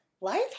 Life